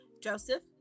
Joseph